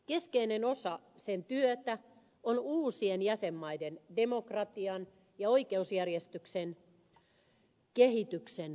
keskeinen osa sen työtä on uusien jäsenmaiden demokratian ja oikeusjärjestyksen kehityksen vahvistaminen